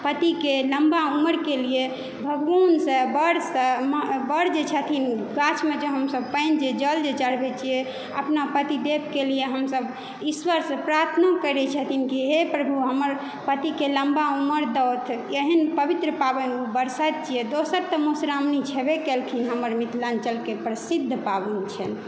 पतिके लम्बा उमरके लिए भगवान से बड़ से माँ बड़ जे छथिन गाछमे जे हम सब पानि जे जल जे चढ़बै छियै अपना पतिदेवके लिए हम सब ईश्वर से प्रार्थनो करै छथिन कि हे प्रभु हमर पतिके लम्बा उमर दौथ एहेन पवित्र पावनि बरसाइत छियै दोसर तऽ मधु श्रावणी छेबै केलखिन हमर मिथिलाञ्चलके प्रसिद्ध पाबैन छिएन